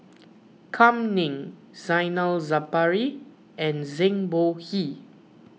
Kam Ning Zainal Sapari and Zhang Bohe